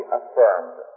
affirmed